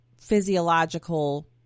physiological